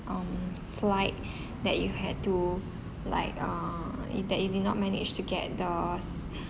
um flight that you had to like uh i~ that you did not manage to get the